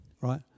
right